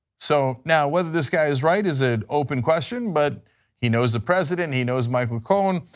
so now, whether this guy is right is an open question but he knows the president, he knows michael cohen,